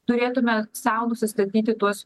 turėtume sau nusistatyti tuos